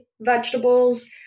vegetables